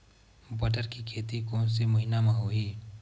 बटर के खेती कोन से महिना म होही?